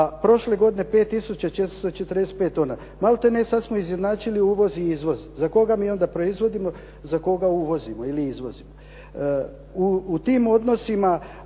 prošle godine 5 tisuća 445 tona. Maltene sad smo izjednačili uvoz i izvoz. Za koga mi onda proizvodimo? Za koga uvozimo ili izvozimo?